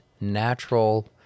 natural